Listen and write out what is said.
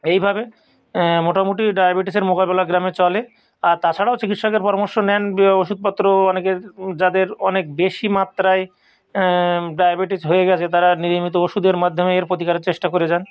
এইভাবে মোটামুটি ডায়াবিটিসের মোকাবিলা গ্রামে চলে আর তাছাড়াও চিকিৎসকের পরামর্শ নেন ওষুধপত্র অনেকের যাদের অনেক বেশি মাত্রায় ডায়াবিটিস হয়ে গিয়েছে তারা নিয়মিত ওষুধের মাধ্যমে এর প্রতিকারের চেষ্টা করে যান